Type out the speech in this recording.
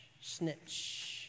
Snitch